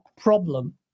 problem